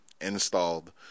installed